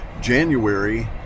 January